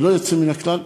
ללא יוצא מן הכלל,